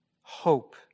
hope